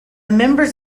members